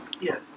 Yes